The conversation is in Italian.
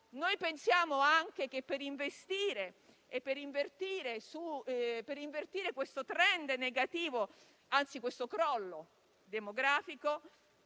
Noi pensiamo anche che per invertire questo *trend* negativo, anzi questo crollo demografico,